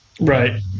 Right